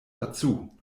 dazu